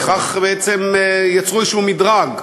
בכך בעצם יצרו איזשהו מדרג,